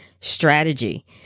strategy